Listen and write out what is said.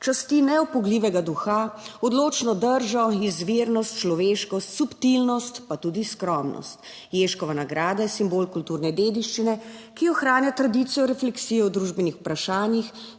Časti neupogljivega duha, odločno držo, izvirnost, človeškost, subtilnost, pa tudi skromnost. Ježkova nagrada je simbol kulturne dediščine, ki ohranja tradicijo refleksije o družbenih vprašanjih